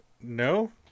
No